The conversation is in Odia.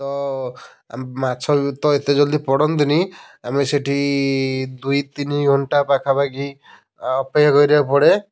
ତ ଆ ମାଛ ତ ଏତେ ଜଲ୍ଦି ପଡ଼ନ୍ତିନି ଆମେ ସେଠି ଦୁଇ ତିନି ଘଣ୍ଟା ପାଖା ପାଖି ଅପେକ୍ଷା କରିବାକୁ ପଡ଼େ